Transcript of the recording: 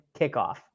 kickoff